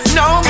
no